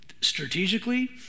strategically